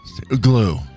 Glue